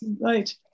Right